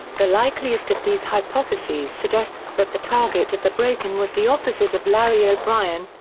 the likeliest of these hypotheses suggests that the target of the break-in was the offices of larry o'brien,